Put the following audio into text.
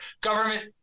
government